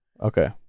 Okay